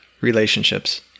relationships